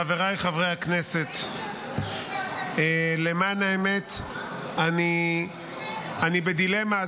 חבריי חברי הכנסת, למען האמת אני בדילמה,